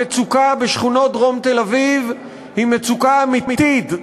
המצוקה בשכונות דרום תל-אביב היא מצוקה אמיתית,